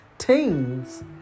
Teens